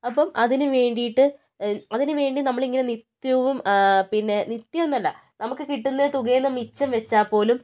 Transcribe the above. അപ്പം അതിന് വേണ്ടിയിട്ട് അതിന് വേണ്ടി നമ്മൾ ഇങ്ങനെ നിത്യവും പിന്നെ നിത്യം എന്നല്ല നമുക്ക് കിട്ടുന്ന തുകയിൽ നിന്ന് മിച്ചം വെച്ചാൽ പോലും